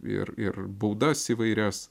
ir ir baudas įvairias